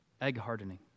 egg-hardening